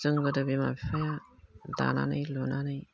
जों गोदो बिमा बिफाया दानानै लुनानै